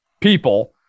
people